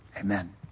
Amen